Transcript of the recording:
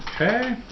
Okay